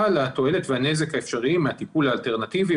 לתועלת והנזק האפשריים מהטיפול האלטרנטיבי,